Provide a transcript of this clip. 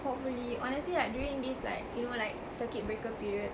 hopefully honestly like during this like you know like circuit breaker period